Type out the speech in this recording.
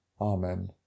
Amen